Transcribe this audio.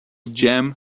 gem